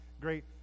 great